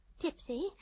tipsy